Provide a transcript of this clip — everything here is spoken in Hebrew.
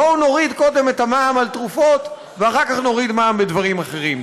בואו נוריד קודם את המע"מ על תרופות ואחר כך נוריד מע"מ בדברים אחרים.